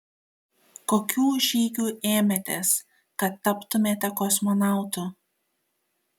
kokių žygių ėmėtės kad taptumėte kosmonautu